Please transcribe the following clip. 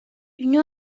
une